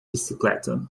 bicicleta